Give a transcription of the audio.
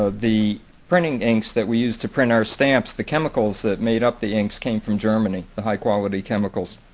ah the printing inks that we used to print our stamps, the chemicals that made up the inks came from germany, the high quality chemicals.